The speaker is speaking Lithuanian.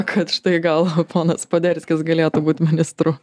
kad štai gal ponas poderskis galėtų būt ministru